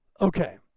okay